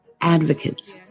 advocates